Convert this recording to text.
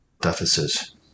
deficits